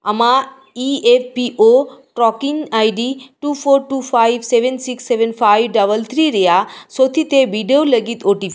ᱟᱢᱟᱜ E F P O tracking ID two four two five seven six seven five double three ᱨᱮᱭᱟᱜ ᱥᱚᱛᱷᱤᱛᱮ ᱵᱤᱰᱟᱹᱣ ᱞᱟᱹᱜᱤᱫ O T P